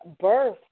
birth